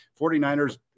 49ers